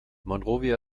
monrovia